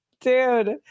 Dude